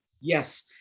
Yes